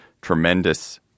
tremendous